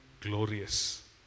glorious